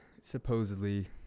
supposedly